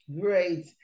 great